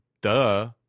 Duh